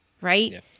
right